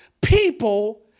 people